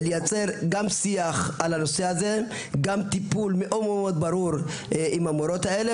לייצר שיח ולטפל באופן ברור ביותר במורות האלו